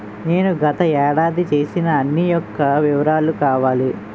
నేను గత ఏడాది చేసిన అన్ని యెక్క వివరాలు కావాలి?